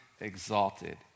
exalted